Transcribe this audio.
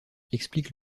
explique